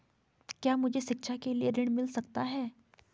क्या मुझे शिक्षा के लिए ऋण मिल सकता है?